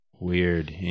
Weird